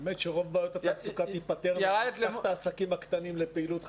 רוב בעיות התעסוקה תיפתרנה אם נפתח את העסקים הקטנים לפעילות בחזרה.